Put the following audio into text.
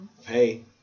hey